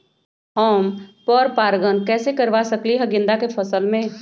हम पर पारगन कैसे करवा सकली ह गेंदा के फसल में?